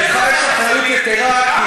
לך יש אחריות יתרה,